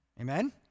Amen